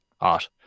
art